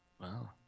Wow